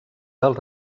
del